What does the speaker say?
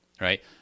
right